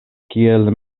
kiel